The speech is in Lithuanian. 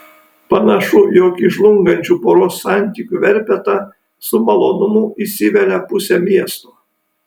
panašu jog į žlungančių poros santykių verpetą su malonumu įsivelia pusė miesto